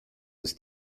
ist